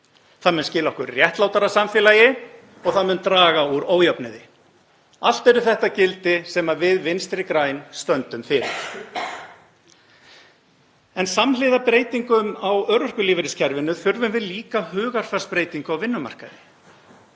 Það mun skila okkur réttlátara samfélagi og það mun draga úr ójöfnuði. Allt eru þetta gildi sem við Vinstri græn stöndum fyrir. En samhliða breytingum á örorkulífeyriskerfinu þurfum við líka hugarfarsbreytingu á vinnumarkaði.